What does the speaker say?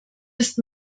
ist